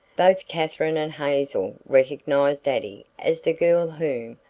both katherine and hazel recognized addie as the girl whom,